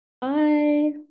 Bye